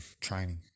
training